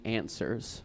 answers